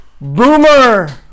Boomer